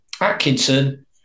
Atkinson